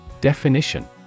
Definition